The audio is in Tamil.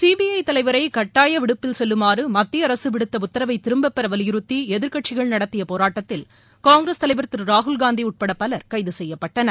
சிபிற தலைவரை கட்டாய விடுப்பில் செல்லுமாறு மத்திய அரசு விடுத்த உத்தரவை திரும்பப்பெற வலியுறுத்தி எதிர்க்கட்சிகள் நடத்திய போராட்டத்தில் காங்கிரஸ் தலைவர் திரு ராகுல்காந்தி உட்பட பலர் கைது செய்யப்பட்டனர்